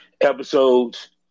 episodes